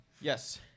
Yes